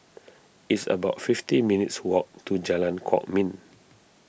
it's about fifty minutes' walk to Jalan Kwok Min